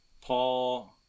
Paul